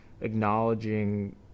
acknowledging